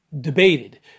debated